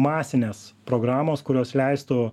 masinės programos kurios leistų